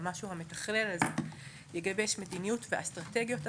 המשהו המתכלל הזה יגבש מדיניות ואסטרטגיות עדכניות,